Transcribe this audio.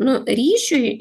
nu ryšiui